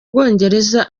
bwongereza